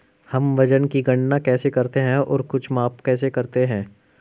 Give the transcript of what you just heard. हम वजन की गणना कैसे करते हैं और कुछ माप कैसे करते हैं?